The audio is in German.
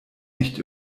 nicht